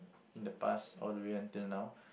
in the past all the way until now